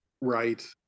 Right